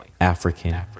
African